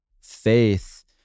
faith